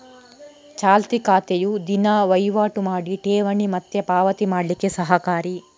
ಚಾಲ್ತಿ ಖಾತೆಯು ದಿನಾ ವೈವಾಟು ಮಾಡಿ ಠೇವಣಿ ಮತ್ತೆ ಪಾವತಿ ಮಾಡ್ಲಿಕ್ಕೆ ಸಹಕಾರಿ